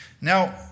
Now